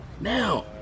Now